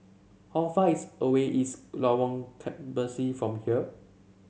how far is away Lorong Kebasi from here